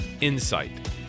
Insight